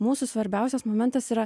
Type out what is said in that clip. mūsų svarbiausias momentas yra